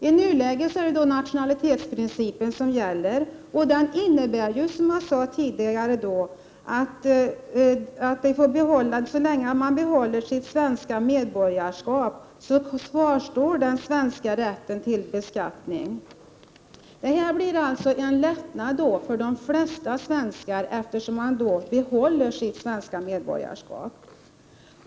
I nuläget är det nationalprincipen som tillämpas, och som jag tidigare sade innebär den att så länge man behåller sitt svenska medborgarskap kvarstår den svenska statens rätt till beskattning. Övergången till domicilprincipen innebär alltså en lättnad för de flesta svenskar, eftersom de vid utländsk bosättning behåller sitt svenska medborgarskap.